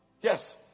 Yes